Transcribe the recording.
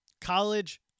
college